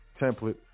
template